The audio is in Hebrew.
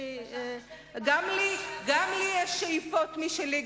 גם לי יש שאיפות משלי,